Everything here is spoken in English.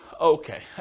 Okay